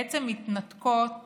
בעצם מתנתקות